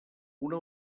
una